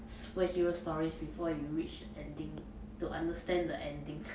superhero stories before you reach the ending to understand the ending